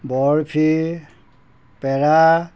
barfi পেৰা